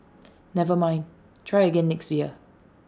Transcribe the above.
never mind try again next year